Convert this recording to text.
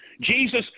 Jesus